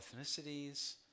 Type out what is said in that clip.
ethnicities